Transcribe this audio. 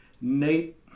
Nate